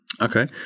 Okay